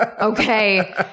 Okay